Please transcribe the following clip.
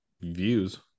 views